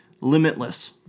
Limitless